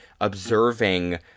observing